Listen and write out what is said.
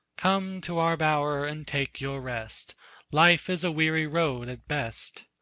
come to our bower and take your rest life is a weary road at best.